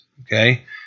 okay